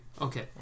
Okay